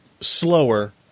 slower